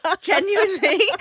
Genuinely